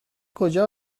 کجا